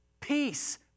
Peace